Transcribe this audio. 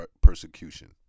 persecution